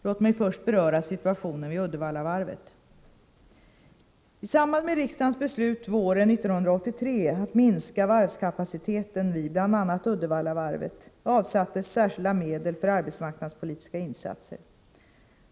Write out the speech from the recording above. Låt mig först beröra situationen vid Uddevallavarvet. I samband med riksdagens beslut våren 1983 att minska varvskapaciteten vid bl.a. Uddevallavarvet avsattes särskilda medel för arbetsmarknadspolitiska insatser.